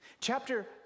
Chapter